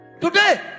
today